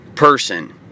person